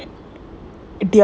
is the